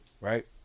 Right